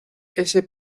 ese